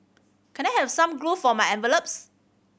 can I have some glue for my envelopes